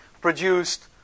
produced